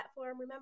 remember